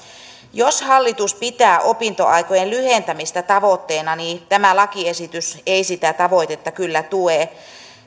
jos hallitus pitää opintoaikojen lyhentämistä tavoitteena niin tämä lakiesitys ei sitä tavoitetta kyllä tue